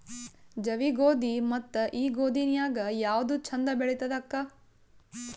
ಜವಿ ಗೋಧಿ ಮತ್ತ ಈ ಗೋಧಿ ನ್ಯಾಗ ಯಾವ್ದು ಛಂದ ಬೆಳಿತದ ಅಕ್ಕಾ?